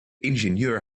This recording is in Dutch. ingenieur